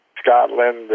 Scotland